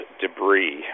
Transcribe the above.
debris